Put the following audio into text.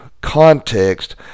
context